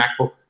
MacBook